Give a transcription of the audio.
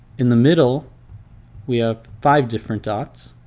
in the middle we have five different dots.